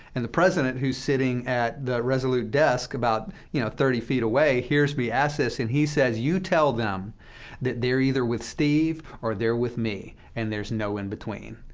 and the president, who is sitting at the resolute desk, about, you know, thirty feet away, hears me ask this, and he says, you tell them that they're either with steve or they're with me, and there's no in between.